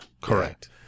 Correct